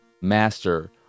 master